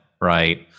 right